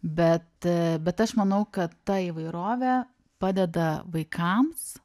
bet bet aš manau kad ta įvairovė padeda vaikams